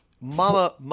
mama